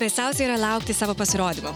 baisiausia yra laukti savo pasirodymo